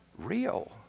real